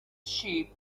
sheep